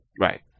Right